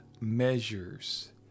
Measures